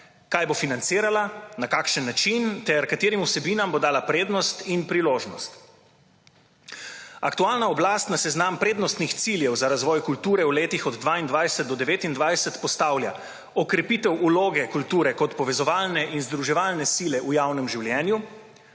Kaj bo financirala, na kakšen način ter katerim vsebinam bo dala prednost in priložnost. Aktualna oblast na seznam prednostnih ciljev za razvoj kulture v letih od 2022 do 2029 postavlja okrepitev vloge kulture kot povezovalne in združevalne sile v javnem življenju,